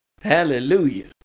Hallelujah